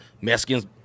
Mexicans